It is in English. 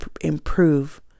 improve